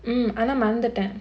mm ஆனா மறந்துட்ட:aanaa maranthutta